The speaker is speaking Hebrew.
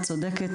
את צודקת,